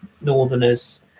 Northerners